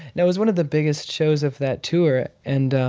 it was one of the biggest shows of that tour, and.